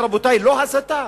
רבותי, זאת לא הסתה,